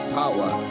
power